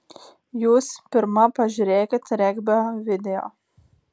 jūs pirma pažiūrėkit regbio video